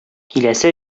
киләсе